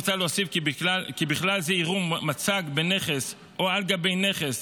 מוצע להוסיף כי בכלל זה יראו מצג בנכס או על גבי נכס,